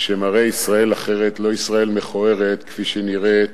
שמראה ישראל אחרת, לא ישראל מכוערת כפי שהיא נראית